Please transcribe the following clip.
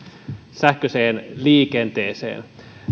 sähköiseen liikenteeseen